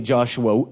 Joshua